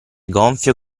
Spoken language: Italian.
gonfio